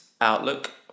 Outlook